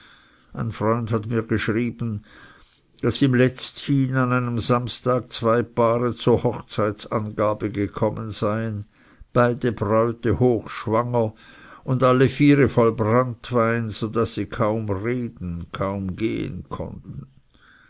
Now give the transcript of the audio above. ein freund hat mir geschrieben daß ihm letzthin an einem samstag zwei paare zur hochzeitangabe gekommen seien beide bräute hochschwanger und alle viere voll branntwein so daß sie kaum reden kaum gehen konnten